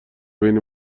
بین